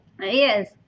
yes